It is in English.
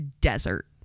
desert